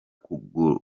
kugarura